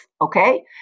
Okay